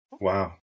wow